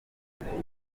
ibibazo